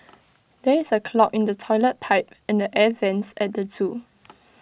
there is A clog in the Toilet Pipe and the air Vents at the Zoo